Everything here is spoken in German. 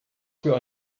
für